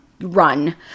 run